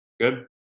Good